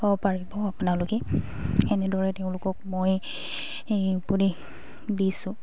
হ'ব পাৰিব আপোনালোকে এনেদৰে তেওঁলোকক মই এই বুলি দিছোঁ